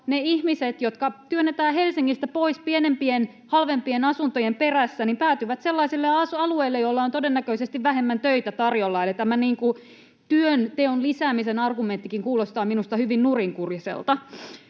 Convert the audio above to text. ne ihmiset, jotka työnnetään Helsingistä pois pienempien, halvempien asuntojen perässä, päätyvät sellaisille alueille, joilla on todennäköisesti vähemmän töitä tarjolla. Eli tämä työnteon lisäämisenkin argumentti kuulostaa minusta hyvin nurinkuriselta.